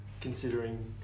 Considering